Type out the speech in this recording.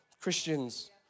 Christians